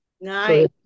Nice